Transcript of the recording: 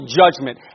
judgment